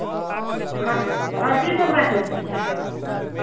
आओर आओर कीसभ राखै छियै